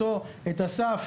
ואת אסף